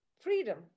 freedom